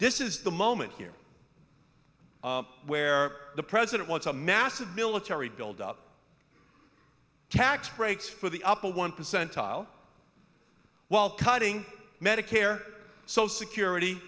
this is the moment here where the president wants a massive military build up tax breaks for the upper one percentile while cutting medicare social security